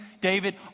David